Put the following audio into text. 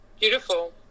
Beautiful